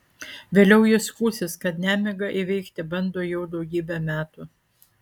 vėliau ji skųsis kad nemigą įveikti bando jau daugybę metų